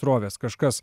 srovės kažkas